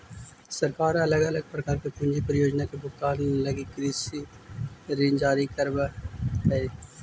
सरकार अलग अलग प्रकार के पूंजी परियोजना के भुगतान लगी ऋण जारी करवऽ हई